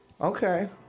okay